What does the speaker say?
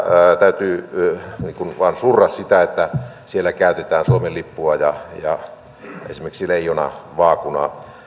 täytyy vain surra sitä että siellä käytetään suomen lippua ja ja esimerkiksi leijonavaakunaa